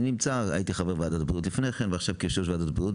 הייתי חבר בוועדת הבריאות קודם לכן ועכשיו כיושב-ראש ועדת הבריאות,